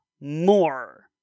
more